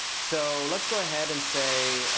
so let's go ahead and say,